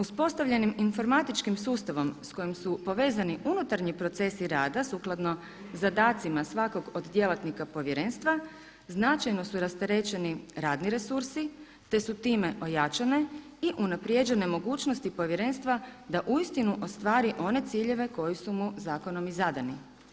Uspostavljenim informatičkim sustavom s kojim su povezani unutarnji procesi rada, sukladno zadacima svakog od djelatnika povjerenstva, značajno su rasterećeni radni resursi, te su time ojačane i unaprijeđene mogućnosti povjerenstva da uistinu ostvari one ciljeve koje su mu zakonom i zadani.